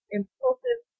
impulsive